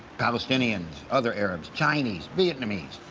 palestinians, other arabs, chinese, vietnamese.